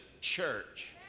church